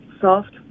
soft